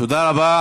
תודה רבה.